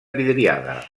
vidriada